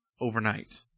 overnight